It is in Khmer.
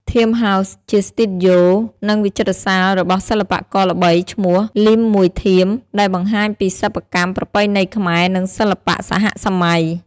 ធៀមស៍ ហោស៍ ជាស្ទូឌីយោ និងវិចិត្រសាលរបស់សិល្បករល្បី ឈ្មោះ លីម មួយធៀម ដែលបង្ហាញពីសិប្បកម្មប្រពៃណីខ្មែរ និងសិល្បៈសហសម័យ។